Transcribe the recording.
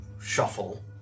shuffle